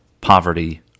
poverty